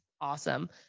awesome